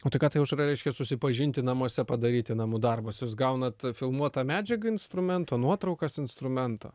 o tai ką tai jūs tada reiškia susipažinti namuose padaryti namų darbus jūs gaunat e filmuotą medžiagą instrumento nuotraukas instrumento